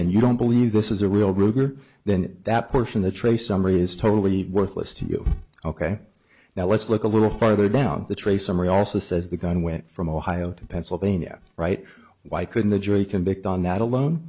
and you don't believe this is a real ruger then that portion of the trace summary is totally worthless to you ok now let's look a little farther down the trace summary also says the gun went from ohio to pennsylvania right why couldn't the jury convict on that alone